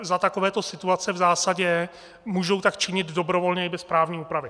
Za takovéto situace v zásadě můžou tak činit dobrovolně i bez právní úpravy.